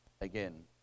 Again